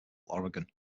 oregon